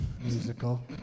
musical